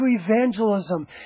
evangelism